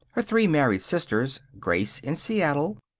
her three married sisters grace in seattle,